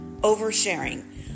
oversharing